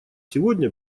сегодня